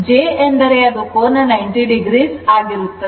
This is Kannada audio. j ಎಂದರೆ ಅದು ಕೋನ 90o ಆಗಿರುತ್ತದೆ